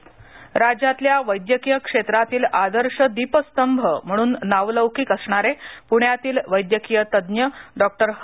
निधन राज्यातल्या वैद्यकीय क्षेत्रातील आदर्श दीपस्तंभ म्हणून नावलौकिक असणारे पुण्यातील वैद्यकीय तज्ज्ञ डॉ ह